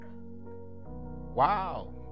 wow